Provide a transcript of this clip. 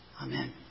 Amen